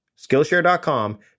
Skillshare.com